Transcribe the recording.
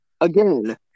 Again